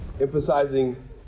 Emphasizing